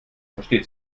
versteht